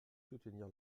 soutenir